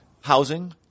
housing